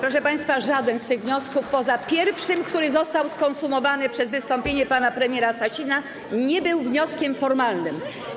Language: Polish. Proszę państwa, żaden z tych wniosków poza pierwszym, który został skonsumowany przez wystąpienie pana premiera Sasina, nie był wnioskiem formalnym.